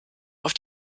auf